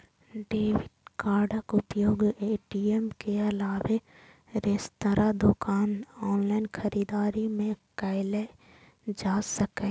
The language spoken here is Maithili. डेबिट कार्डक उपयोग ए.टी.एम के अलावे रेस्तरां, दोकान, ऑनलाइन खरीदारी मे कैल जा सकैए